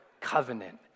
covenant